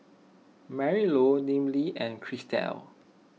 Marylou Neely and Christel